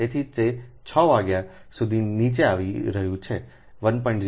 તેથી તે 6 વાગ્યા સુધી નીચે આવી રહ્યું છે 1